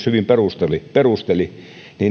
hyvin perusteli on